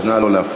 אז נא לא להפריע.